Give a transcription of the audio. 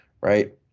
right